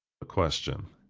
question.